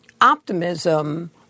optimism